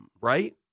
right